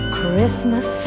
Christmas